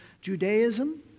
Judaism